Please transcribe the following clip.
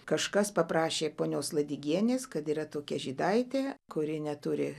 kažkas paprašė ponios ladigienės kad yra tokia žydaitė kuri neturi